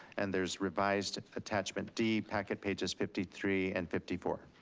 and there's revised attachment d, packet pages fifty three and fifty four.